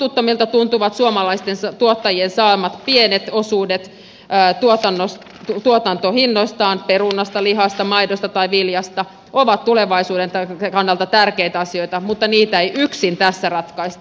täysin kohtuuttomilta tuntuvat suomalaisten tuottajien saamat pienet osuudet tuotantohinnoistaan perunasta lihasta maidosta tai viljasta ovat tulevaisuuden kannalta tärkeitä asioita mutta niitä ei yksin tässä ratkaista